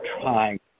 trying